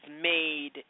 made